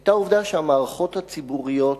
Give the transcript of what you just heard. היתה העובדה שהמערכות הציבוריות